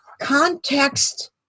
context